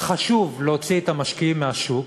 חשוב להוציא את המשקיעים מהשוק.